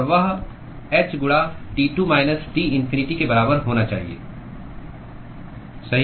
और वह h गुणा T2 माइनस T इन्फिनिटी के बराबर होना चाहिए सही